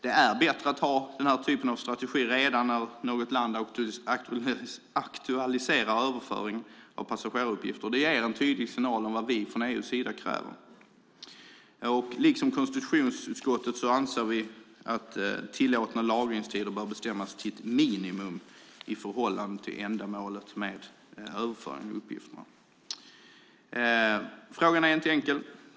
Det är bättre att ha den här typen av strategi redan när något land aktualiserar överföring av passageraruppgifter. Det ger en tydlig signal om vad vi från EU:s sida kräver. Liksom konstitutionsutskottet anser vi att tillåtna lagringstider bör bestämmas till ett minimum i förhållande till ändamålet med överföringen av uppgifterna. Frågan är inte enkel.